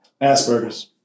Asperger's